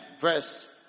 verse